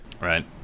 right